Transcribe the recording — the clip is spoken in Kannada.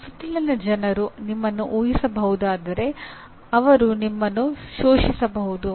ನಿಮ್ಮ ಸುತ್ತಲಿನ ಜನರು ನಿಮ್ಮನ್ನು ಊಹಿಸಬಹುದಾದರೆ ಅವರು ನಿಮ್ಮನ್ನು ಶೋಷಿಸಬಹುದು